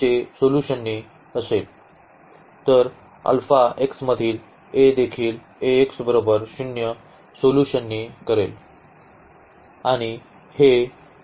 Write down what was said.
तर alpha x मधील A देखील सोल्यूशनी करेल